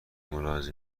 ملاحظه